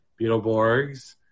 Beetleborgs